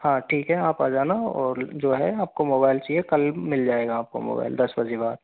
हाँ ठीक है आप आ जाना और जो है आपको मोबाईल चाहिए कल मिल जाएगा आपको मोबाईल दस बजे के बाद